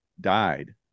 died